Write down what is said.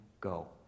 go